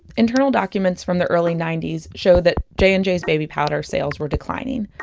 internal documents from the early ninety s show that j and j's baby powder sales were declining.